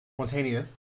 spontaneous